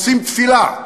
עושים תפילה,